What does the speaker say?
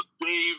Dave